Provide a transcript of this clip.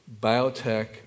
biotech